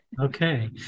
okay